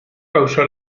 causó